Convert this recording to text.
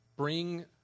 Bring